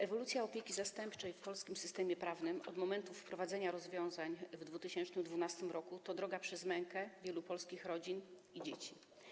Ewolucja opieki zastępczej w polskim systemie prawnym od momentu wprowadzenia rozwiązań w 2012 r. to droga przez mękę wielu polskich rodzin i dzieci.